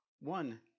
One